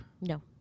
No